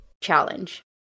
challenge